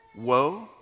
woe